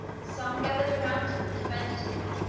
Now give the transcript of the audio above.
some gathered around him and defended him,